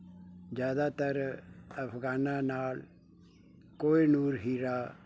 ਜ਼ਿਆਦਾਤਰ ਅਫਗਾਨਾ ਨਾਲ ਕੋਹੀਨੂਰ ਹੀਰਾ